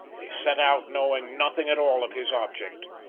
they set out knowing nothing at all of his object,